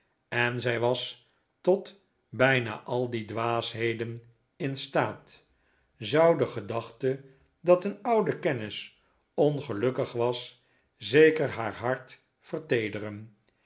en zij was tot bijna al deze dwaasheden in staat zou de gedachte dat een oude kennis ongelukkig was zeker haar hart verteederen